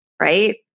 Right